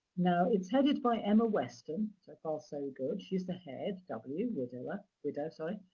now, it's headed by emma weston, so far so good. she's the head, w, widower widow, sorry,